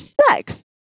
sex